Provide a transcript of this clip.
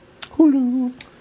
Hulu